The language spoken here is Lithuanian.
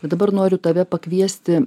bet dabar noriu tave pakviesti